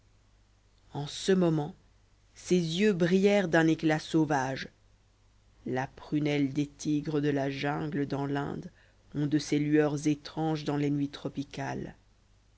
en ce moment ses yeux brillèrent d'un éclat sauvage la prunelle des tigres de la jungle dans l'inde ont de ces lueurs étranges dans les nuits tropicales